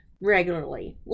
regularly